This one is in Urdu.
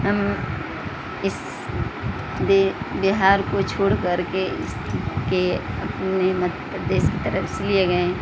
ہم اس بے بہار کو چھوڑ کر کے اس کے اپنے مدھیہ پردیش کی طرف اس لیے گئے